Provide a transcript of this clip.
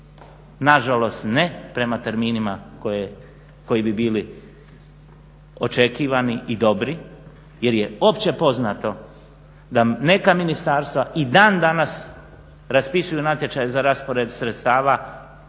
nažalost ne prema terminima koji bi bili očekivani i dobri jer je općepoznato da neka ministarstva i dan danas raspisuju natječaje za raspored sredstava